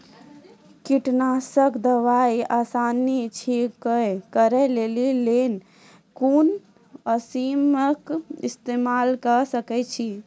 कीटनासक दवाई आसानीसॅ छिड़काव करै लेली लेल कून मसीनऽक इस्तेमाल के सकै छी?